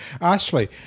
Ashley